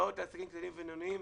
הלוואות לעסקים קטנים ובינוניים,